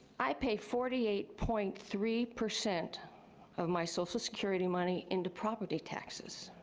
i pay forty eight point three percent of my social security money into property taxes.